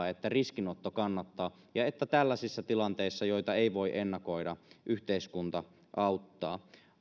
että riskinotto kannattaa ja että tällaisissa tilanteissa joita ei voi ennakoida yhteiskunta auttaa